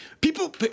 people